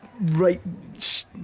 Right